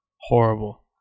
Horrible